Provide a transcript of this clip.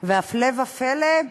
והפלא ופלא,